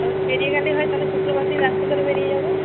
বেরিয়ে গেলেই হয় তাহলে শুক্রবার দিন রাত্রে তাহলে বেরিয়ে যাব